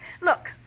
Look